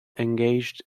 engaged